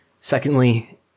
Secondly